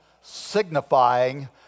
signifying